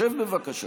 שב, בבקשה.